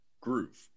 groove